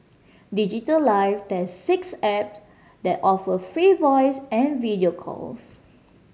Digital Life tests six apps that offer free voice and video calls